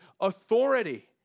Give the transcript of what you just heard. authority